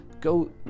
Go